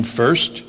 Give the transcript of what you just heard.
first